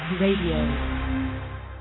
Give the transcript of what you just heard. Radio